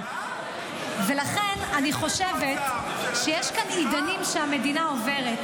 לכן אנחנו עושים את זה --- את שרת האנרגיה או השרה להגנת הסביבה?